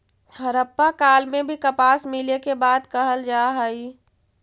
हड़प्पा काल में भी कपास मिले के बात कहल जा हई